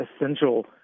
essential